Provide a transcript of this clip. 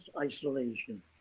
isolation